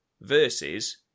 versus